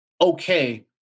okay